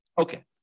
Okay